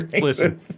Listen